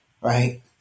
right